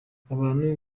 abantu